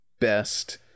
best